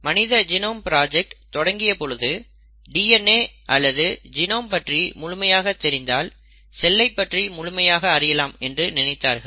மனித genome project தொடங்கிய பொழுது DNA அல்லது ஜெணோம் பற்றி முழுமையாக தெரிந்தால் செல்லை பற்றி முழுமையாக அறியலாம் என்று நினைத்தார்கள்